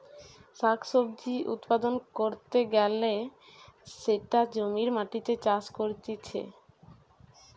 শাক সবজি উৎপাদন ক্যরতে গ্যালে সেটা জমির মাটিতে চাষ করতিছে